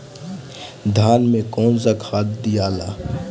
धान मे कौन सा खाद दियाला?